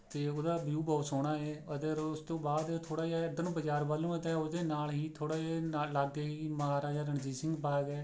ਅਤੇ ਉਹਦਾ ਵਿਊ ਬਹੁਤ ਸੋਹਣਾ ਹੈ ਅਗਰ ਉਸ ਤੋਂ ਬਾਅਦ ਥੋੜ੍ਹਾ ਜਿਹਾ ਇੱਧਰ ਨੂੰ ਬਜ਼ਾਰ ਵੱਲ ਨੂੰ ਹੈ ਅਤੇ ਉਹਦੇ ਨਾਲ ਹੀ ਥੋੜ੍ਹਾ ਜਿਹਾ ਨਾਲ ਲਾਗੇ ਹੀ ਮਹਾਰਾਜਾ ਰਣਜੀਤ ਸਿੰਘ ਬਾਗ਼ ਹੈ